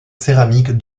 céramique